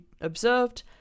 observed